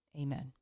Amen